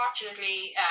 unfortunately